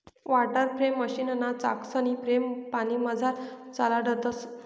water frame मशीनना चाकसनी frame पानीमझार चालाडतंस